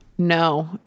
No